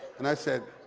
and i said,